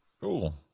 cool